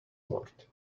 lord